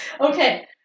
Okay